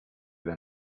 del